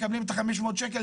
מקבלים את ה-500 שקל,